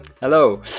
Hello